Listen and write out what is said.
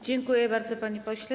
Dziękuję bardzo, panie pośle.